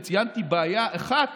וציינתי בעיה אחת